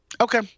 Okay